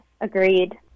agreed